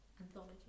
anthology